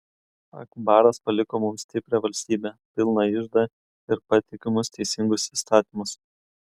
akbaras paliko mums stiprią valstybę pilną iždą ir patikimus teisingus įstatymus